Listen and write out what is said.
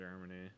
Germany